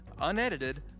unedited